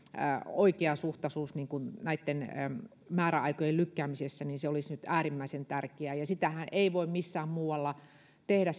oikeasuhtaisuus näitten määräaikojen lykkäämisessä olisi nyt äärimmäisen tärkeää ja sitä arviointiahan ei voi missään muualla tehdä